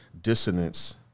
dissonance